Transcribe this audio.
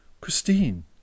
Christine